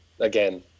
again